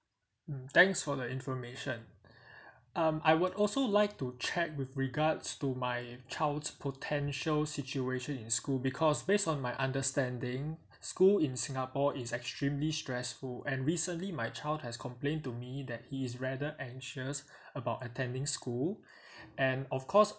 thanks for your information um I would also like to check with regards to my child's potential situation in school because base on my understanding school in singapore is extremely stressful and recently my child has complain to me that he is rather anxious about attending school and of course